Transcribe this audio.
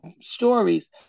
stories